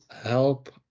help